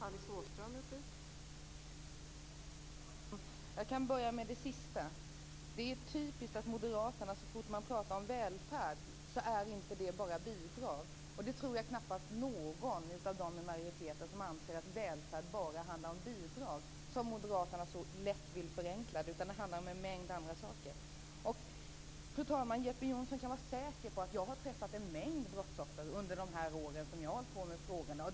Fru talman! Jag kan börja med det sista. Det är typiskt att moderaterna så fort man pratar om välfärd säger att välfärd inte bara är bidrag. Jag tror knappast att någon i majoriteten anser att välfärd bara handlar om bidrag, som moderaterna så lätt vill förenkla det till. Det handlar om en mängd andra saker. Jeppe Johnsson kan vara säker på att jag har träffat en mängd brottsoffer under de år som jag har hållit på med dessa frågor.